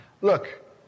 Look